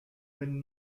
when